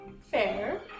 Fair